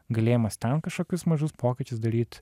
galėjimas ten kažkokius mažus pokyčius daryt